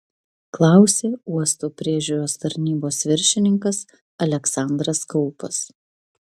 klausė uosto priežiūros tarnybos viršininkas aleksandras kaupas